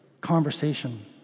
conversation